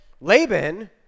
Laban